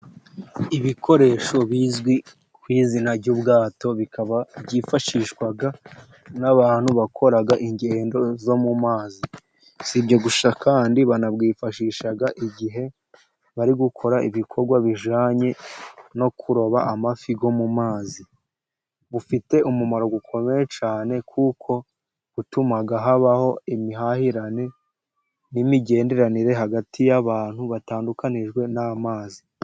Ibikoresho bizwi ku izina ry'ubwato, bikaba byifashishwa n'abantu bakora ingendo zo mu mazi. Si ibyo gusa kandi banabwifashisha igihe bari gukora ibikorwa bijyanye no kuroba amafi yo mu mazi. Bufite umumaro ukomeye cyane, kuko butuma habaho imihahiranire n'imigenderanire hagati y'abantu batandukanijwe n'amazi.